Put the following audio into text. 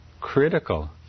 critical